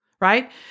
right